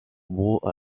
braun